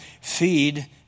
Feed